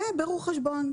ובירור חשבון,